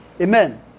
Amen